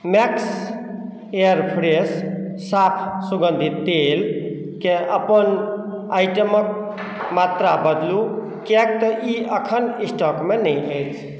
max air fresh साफ सुगन्धित तेल के अपन आइटमक मात्रा बदलू किएकतँ ई एखन इसटौकमे नहि अछि